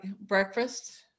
breakfast